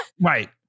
Right